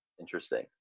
interesting